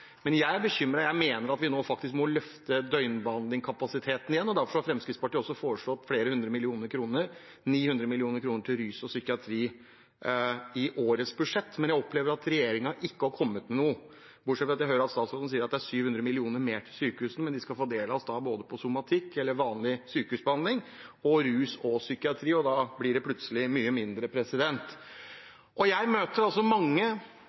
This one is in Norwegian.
Men jeg er bekymret. Jeg mener at vi nå faktisk må løfte døgnbehandlingskapasiteten igjen, og derfor har Fremskrittspartiet også foreslått flere hundre millioner kroner, 900 mill. kr, til rus og psykiatri i årets budsjett. Men jeg opplever at regjeringen ikke har kommet med noe, bortsett fra at jeg hører at statsråden sier at det er 700 mill. kr mer til sykehusene, men de skal fordeles både på somatikk, eller vanlig sykehusbehandling, og på rus og psykiatri, og da blir det plutselig mye mindre. Jeg møter mange pårørende. Jeg møter mange